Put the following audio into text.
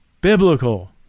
biblical